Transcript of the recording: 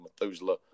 Methuselah